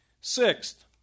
Sixth